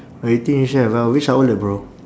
eighteen chef ah which outlet bro